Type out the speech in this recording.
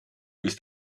ist